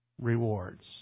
rewards